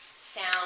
sound